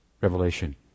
revelation